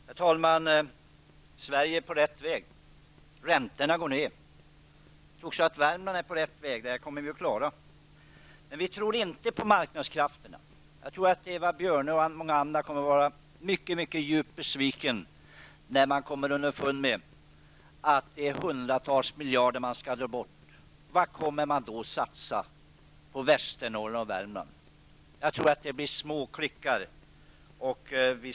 Herr talman! Sverige är på rätt väg, räntorna går ned. Jag tror också att Värmland är på rätt väg. Det här kommer vi att klara. Men vi tror inte på marknadskrafterna. Jag tror att Eva Björne och många andra kommer att vara mycket djupt besvikna över att hundratals miljarder kronor skall dras bort. Vad kommer man då att satsa på i Västernorrland och Värmland? Jag tror att det blir små klickar.